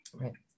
right